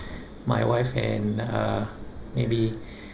my wife and uh maybe